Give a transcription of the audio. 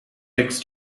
next